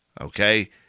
Okay